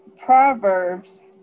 proverbs